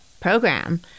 program